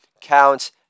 counts